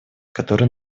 который